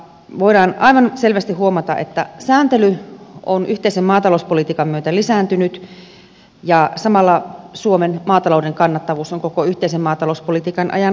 voidaan aivan selvästi huomata että sääntely on yhteisen maatalouspolitiikan myötä lisääntynyt ja samalla suomen maatalouden kannattavuus on koko yhteisen maatalouspolitiikan ajan heikentynyt